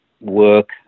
work